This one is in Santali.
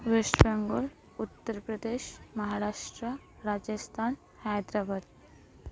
ᱳᱭᱮᱥᱴ ᱵᱮᱝᱜᱚᱞ ᱩᱛᱛᱚᱨ ᱯᱨᱚᱫᱮᱥ ᱢᱟᱦᱟᱨᱟᱥᱴᱨᱚ ᱨᱟᱡᱚᱥᱛᱷᱟᱱ ᱦᱟᱭᱫᱨᱟᱵᱟᱫ